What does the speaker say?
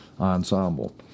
Ensemble